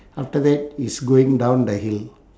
after that it's going down the hill